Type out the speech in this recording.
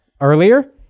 earlier